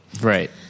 Right